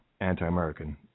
anti-American